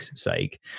sake